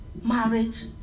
marriage